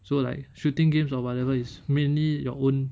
so like shooting games or whatever is mainly your own